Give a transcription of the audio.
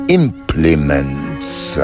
implements